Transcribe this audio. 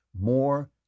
more